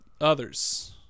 others